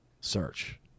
search